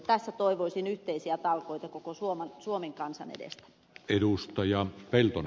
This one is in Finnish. tässä toivoisin yhteisiä talkoita koko suomen kansan edes edus ta ja on edestä